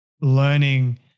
learning